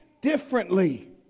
differently